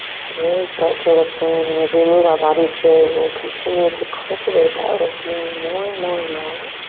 so really start to listen. and as we move our bodies today we'll continue to cultivate that listening more and more and more.